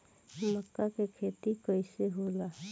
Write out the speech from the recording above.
मका के खेती कइसे होला?